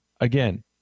again